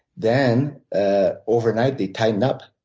then ah overnight they tighten up.